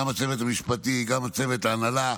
גם לצוות המשפטי וגם לצוות ההנהלה.